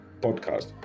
podcast